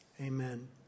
Amen